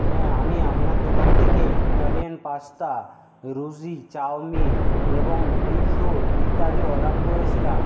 হ্যাঁ আমি আপনার দোকান থেকে ইটালিয়ান পাস্তা চাউমিন এবং ইত্যাদি অর্ডার করেছিলাম